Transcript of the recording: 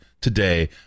today